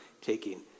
taking